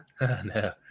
No